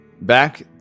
Back